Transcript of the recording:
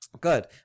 Good